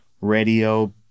radio